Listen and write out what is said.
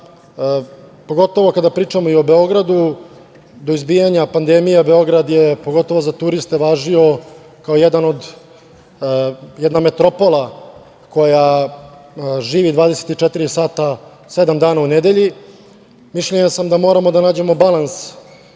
pogotovo kada pričamo i o Beogradu, do izbijanja pandemije Beograd je pogotovo za turiste važio kao jedna metropola koja živi 24 sata sedam dana u nedelji. Mišljenja sam da moramo da nađemo balans